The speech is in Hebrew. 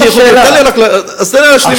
שאלה, תן לי להשלים.